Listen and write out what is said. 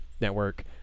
Network